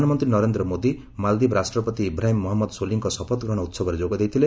ପ୍ରଧାନମନ୍ତ୍ରୀ ନରେନ୍ଦ୍ର ମୋଦି ମାଳଦ୍ୱୀପ ରାଷ୍ଟ୍ରପତି ଇବ୍ରାହିମ୍ ମହମ୍ମଦ ସୋଲିଙ୍କ ଶପଥ ଗ୍ରହଣ ଉହବରେ ଯୋଗ ଦେଇଥିଲେ